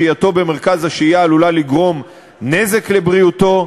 שהייתו במרכז השהייה עלולה לגרום נזק לבריאותו,